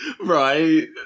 right